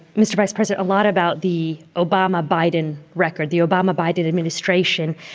mr. vice president, a lot about the obama-biden record, the obama-biden administration,